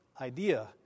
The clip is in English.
idea